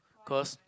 cause